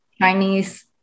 Chinese